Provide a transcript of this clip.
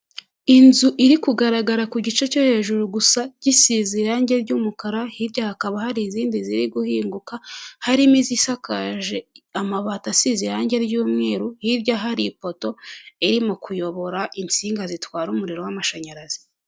Inzu iri kugaragara ku gice cyo hejuru gusa, gisize irange ry'umukara, hirya hakaba hari izindi ziri guhinguka, harimo izisakaje amabati asize irangi ry'umweru, hirya hari ipoto irimo kuyobora insinga zitwara umuriro w'amashanyarazi.